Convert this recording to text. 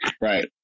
Right